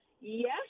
Yes